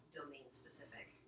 domain-specific